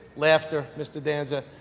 laughter mr. danza,